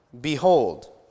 Behold